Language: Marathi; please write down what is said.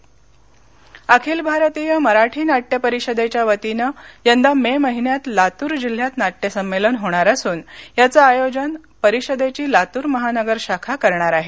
नाटयसंमेलन अखिल भारतीय मराठी नाट्य परिषदेच्या वतीने यंदा मे महिन्यात लातूर जिल्ह्यात नाट्यसंमेलन होणार असून याचं आयोजन परिषदेची लातूर महानगर शाखा करणार आहे